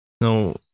no